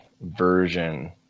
version